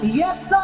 yes